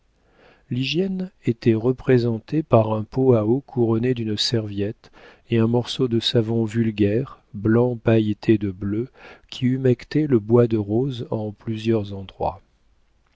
l'hygiène était représentée par un pot à eau couronné d'une serviette et un morceau de savon vulgaire blanc pailleté de bleu qui humectait le bois de rose en plusieurs endroits